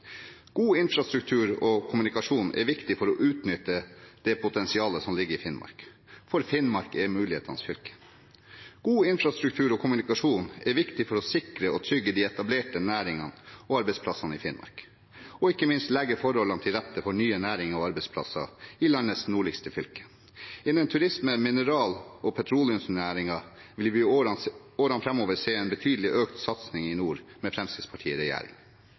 God infrastruktur og kommunikasjon er viktig for å utnytte det potensialet som ligger i Finnmark – for Finnmark er mulighetenes fylke. God infrastruktur og kommunikasjon er viktig for å sikre og trygge de etablerte næringene og arbeidsplassene i Finnmark og ikke minst legge forholdene til rette for nye næringer og arbeidsplasser i landets nordligste fylke. Innen turisme og mineral- og petroleumsnæringen vil vi i årene framover se en betydelig økt satsing i nord med Fremskrittspartiet i regjering.